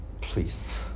please